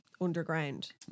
underground